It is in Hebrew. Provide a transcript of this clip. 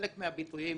חלק מהביטויים